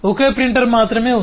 ఒకే printer మాత్రమే ఉంది